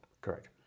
Correct